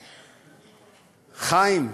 חיים,